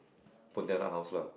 Pontianak house lah